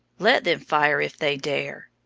let them fire if they dare!